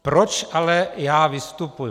Proč ale já vystupuji?